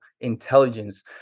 intelligence